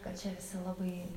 kad čia visi labai